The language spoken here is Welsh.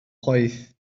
chwaith